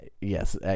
Yes